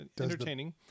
entertaining